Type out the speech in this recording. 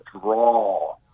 draw